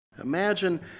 Imagine